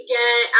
get